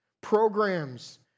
programs